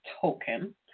token